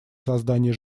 создание